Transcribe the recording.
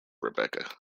rebecca